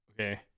okay